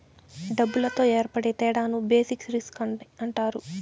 డబ్బులతో ఏర్పడే తేడాను బేసిక్ రిస్క్ అని అంటారు